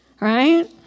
Right